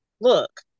look